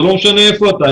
זה לא משנה היכן אתה,